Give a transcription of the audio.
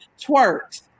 twerks